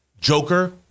Joker